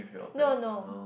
no no